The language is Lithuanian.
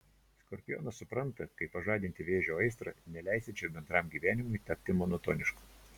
skorpionas supranta kaip pažadinti vėžio aistrą neleisiančią bendram gyvenimui tapti monotonišku